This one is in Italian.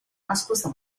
nascosta